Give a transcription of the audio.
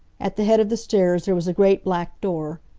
at the head of the stairs there was a great, black door.